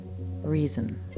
Reason